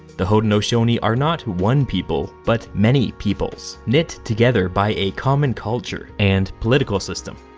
the haudenosaunee are not one people, but many peoples, knit together by a common culture and political system.